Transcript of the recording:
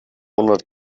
hundert